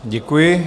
Děkuji.